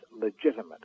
legitimate